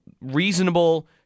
reasonable